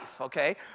okay